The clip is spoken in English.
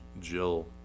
Jill